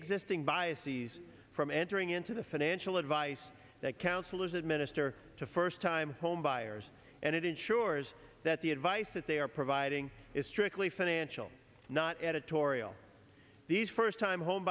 existing bias ease from entering into the financial advice that counselors administer to first time homebuyers and it ensures that the advice that they are providing is strictly financial not editorial the first time home